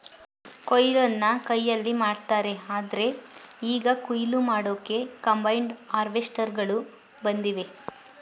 ಕೊಯ್ಲನ್ನ ಕೈಯಲ್ಲಿ ಮಾಡ್ತಾರೆ ಆದ್ರೆ ಈಗ ಕುಯ್ಲು ಮಾಡೋಕೆ ಕಂಬೈನ್ಡ್ ಹಾರ್ವೆಸ್ಟರ್ಗಳು ಬಂದಿವೆ